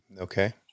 okay